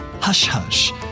hush-hush